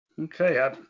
okay